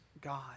God